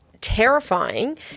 terrifying